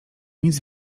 nic